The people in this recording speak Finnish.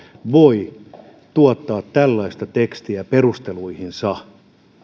voi tuottaa tällaista tekstiä perusteluihinsa